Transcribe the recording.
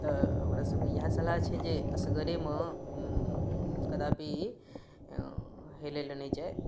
तऽ ओकरा सबके इएह सलाह छै जे असगरे मे कदापि हेलै लए नहि जाइ